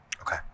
Okay